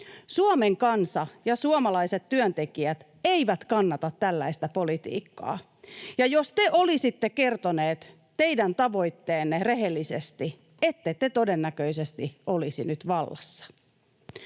Suomen kansa ja suomalaiset työntekijät eivät kannata tällaista politiikkaa, ja jos te olisitte kertoneet teidän tavoitteenne rehellisesti, ette te todennäköisesti olisi nyt vallassa.